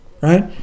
right